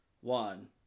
one